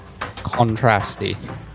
contrasty